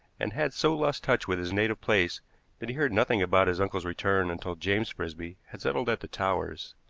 and had so lost touch with his native place that he heard nothing about his uncle's return until james frisby had settled at the towers.